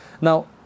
Now